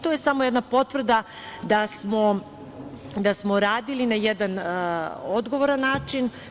To je samo jedna potvrda da smo radili na jedan odgovoran način.